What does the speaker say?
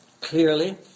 clearly